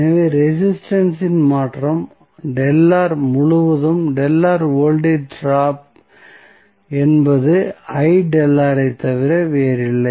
எனவே ரெசிஸ்டன்ஸ் இன் மாற்றம் முழுவதும் வோல்டேஜ் ட்ராப் என்பது ஐத் தவிர வேறில்லை